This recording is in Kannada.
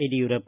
ಯಡಿಯೂರಪ್ಪ